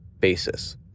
basis